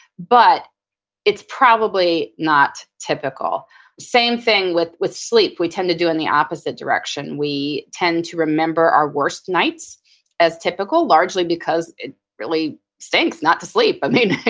but it's probably not typical same thing with with sleep. we tend to do in the opposite direction. we tend to remember our worst nights as typical, largely because it really stinks not to sleep. i mean,